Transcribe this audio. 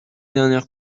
dernière